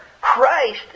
Christ